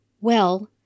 Well